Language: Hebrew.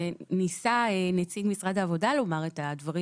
וניסה נציג משרד העבודה לומר את הדברים